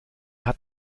hat